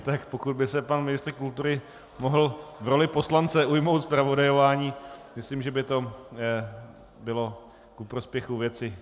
Tak, pokud by se pan ministr kultury mohl v roli poslance ujmout zpravodajování, myslím, že by to bylo ku prospěchu věci.